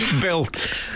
built